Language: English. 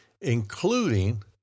including